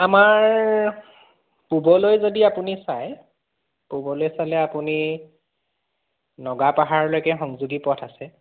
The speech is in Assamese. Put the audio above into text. আমাৰ পূবলৈ যদি আপুনি চায় পূবলৈ চালে আপুনি নগা পাহাৰলৈকে সংযোগী পথ আছে